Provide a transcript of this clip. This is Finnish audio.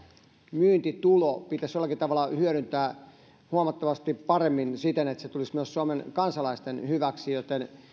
myyntitulo pitäisi jollakin tavalla hyödyntää huomattavasti paremmin siten että se tulisi myös suomen kansalaisten hyväksi joten